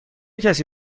کسی